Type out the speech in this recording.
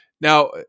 Now